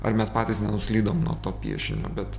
ar mes patys nenuslydom nuo to piešinio bet